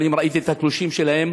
ראיתי את התלושים שלהם.